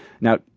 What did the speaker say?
Now